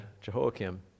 Jehoiakim